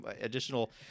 additional